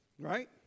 right